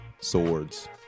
swords